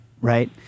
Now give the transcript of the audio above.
right